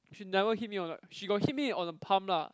she never hit me on the she got hit me on the palm lah